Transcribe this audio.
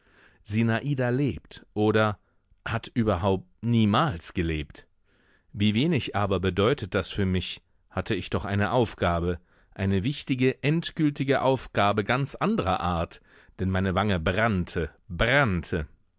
sinada lebt oder hat überhaupt niemals gelebt wie wenig aber bedeutet das für mich hatte ich doch eine aufgabe eine wichtige endgültige aufgabe ganz andrer art denn meine wange brannte brannte